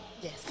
Yes